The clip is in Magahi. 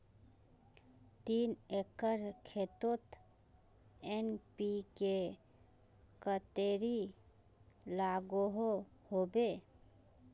तीन एकर खेतोत एन.पी.के कतेरी लागोहो होबे?